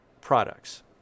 products